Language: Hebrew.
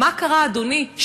מה קרה, אדוני?